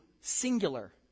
singular